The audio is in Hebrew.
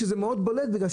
שזה בולט מאוד.